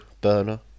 burner